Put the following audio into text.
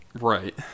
Right